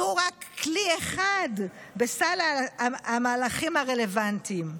יהיו רק כלי אחד בסל המהלכים הרלוונטיים.